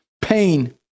pain